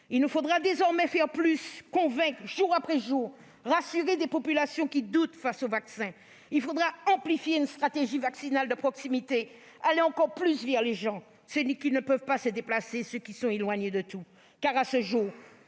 Il nous faut désormais faire plus pour convaincre jour après jour et rassurer des populations qui doutent face au vaccin. Il faut amplifier la stratégie vaccinale de proximité et aller encore plus vers les gens, ceux qui ne peuvent pas se déplacer, ceux qui sont éloignés de tout. En effet, à ce jour-